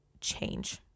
change